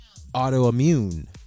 autoimmune